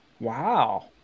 wow